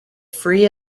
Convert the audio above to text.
free